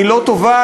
היא לא טובה,